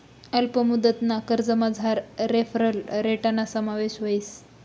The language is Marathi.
अल्प मुदतना कर्जमझार रेफरल रेटना समावेश व्हस